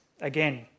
again